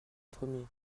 premier